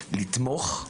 לתמוך,